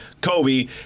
Kobe